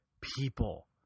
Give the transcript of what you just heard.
people